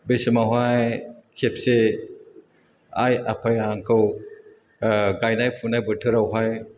बे समावहाय खेबसे आइ आफाया आंखौ गान्नाय फुनाय बोथोरावहाय